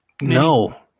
No